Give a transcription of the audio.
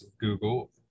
Google